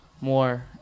more